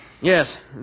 Yes